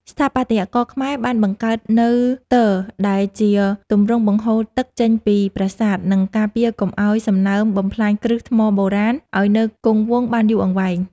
ស្ថាបត្យករខ្មែរបានបង្កើតនូវទ ដែលជាទម្រង់បង្ហូរទឹកចេញពីប្រាសាទ និង ការពារកុំឱ្យសំណើមបំផ្លាញគ្រឹះថ្មបុរាណឱ្យនៅគង់វង្សបានយូរអង្វែង។